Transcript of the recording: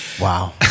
wow